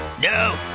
No